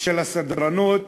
של הסדרנות